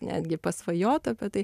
netgi pasvajot apie tai